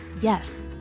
Yes